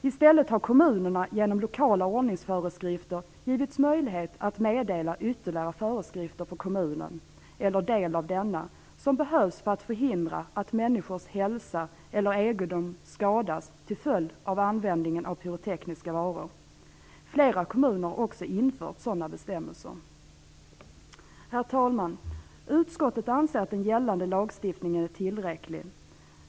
I stället har kommunerna genom lokala ordningsföreskrifter getts möjlighet att meddela ytterligare föreskrifter för kommunen, eller del av denna, som behövs för att förhindra att människors hälsa eller egendom skadas till följd av användningen av pyrotekniska varor. Flera kommuner har också infört sådana bestämmelser. Herr talman! Utskottet anser att den gällande lagstiftningen är tillräcklig.